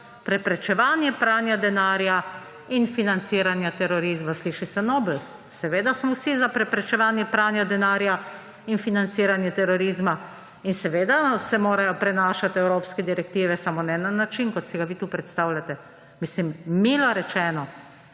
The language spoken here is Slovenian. preprečevanje pranja denarja in financiranja terorizma. Sliši se nobel. Seveda smo vsi za preprečevanje pranja denarja in financiranja terorizma in seveda se morajo prenašati evropske direktive; samo ne na način, kot si ga vi tu predstavljate. Milo rečeno,